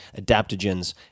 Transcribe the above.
adaptogens